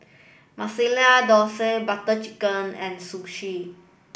Masala Dosa Butter Chicken and Sushi